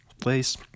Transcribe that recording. place